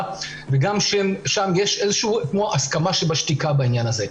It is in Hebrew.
וגם שם יש איזה שהיא כמו הסכמה שבשתיקה בעניין הזה.